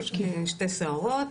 שתי סוהרות,